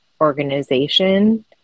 organization